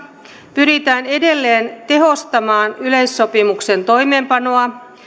pyritään edelleen tehostamaan yleissopimuksen toimeenpanoa